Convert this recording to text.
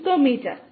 viscometer